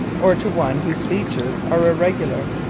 or to one whose features are irregular.